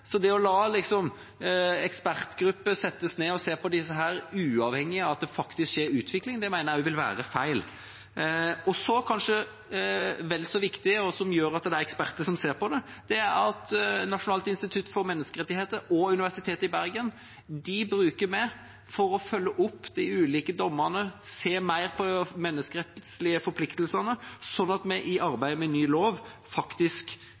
så det å la ekspertgrupper settes ned og se på dette uavhengig av at det faktisk skjer en utvikling, mener jeg vil være feil. Det som er kanskje vel så viktig, og det som gjør at det er eksperter som ser på det, er at vi bruker Norges institusjon for menneskerettigheter og Universitetet i Bergen for å følge opp de ulike dommene og se mer på de menneskerettslige forpliktelsene, slik at vi i arbeidet med ny lov faktisk